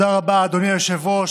תודה רבה, אדוני היושב-ראש.